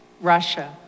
Russia